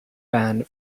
band